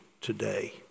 today